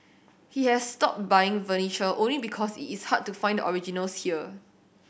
he has stopped buying furniture only because it's hard to find originals here